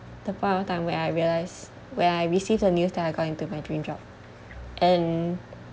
the point of time where I realised when I received the news that I got into my dream job and